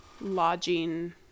lodging